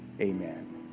amen